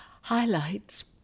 highlights